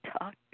Talk